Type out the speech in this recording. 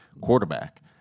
quarterback